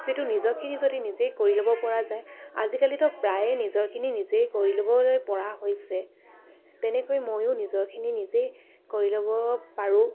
যিটো নিজৰখিনি যদি নিজেই কৰি ল'ব পৰা যায় আজিকালিতো প্ৰায়ে নিজৰখিনি নিজেই কৰি ল'বলৈ পৰা হৈছে তেনেকৈ ময়ো নিজৰখিনি নিজেই কৰি ল'ব পাৰোঁ